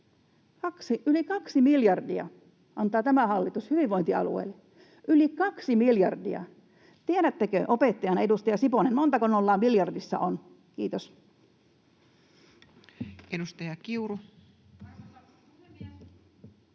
Yli kaksi miljardia antaa tämä hallitus hyvinvointialueille, yli kaksi miljardia. Tiedättekö opettajana, edustaja Siponen, montako nollaa miljardissa on? — Kiitos. [Speech 256]